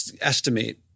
estimate